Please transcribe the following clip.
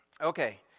okay